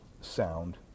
sound